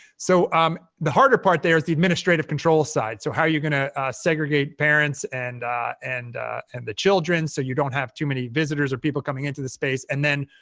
so um the harder part there is the administrative control side, so how are you going to segregate parents and and and the children so you don't have too many visitors or people coming into the space. and then,